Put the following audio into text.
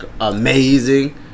amazing